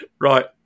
Right